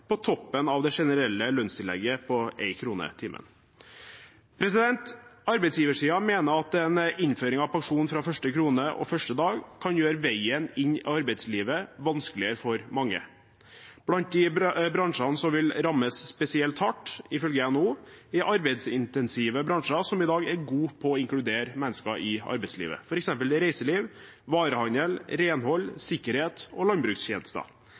på 2,50 kr på toppen av det generelle lønnstillegget på 1 kr i timen. Arbeidsgiversiden mener at en innføring av pensjon fra første krone og første dag kan gjøre veien inn i arbeidslivet vanskeligere for mange. Blant de bransjene som ifølge NHO vil rammes spesielt hardt, er arbeidsintensive bransjer som i dag er gode på å inkludere mennesker i arbeidslivet, f.eks. reiseliv, varehandel, renhold, sikkerhet og landbrukstjenester.